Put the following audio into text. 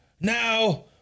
Now